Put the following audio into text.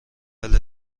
فلفل